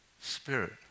Spirit